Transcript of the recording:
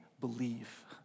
believe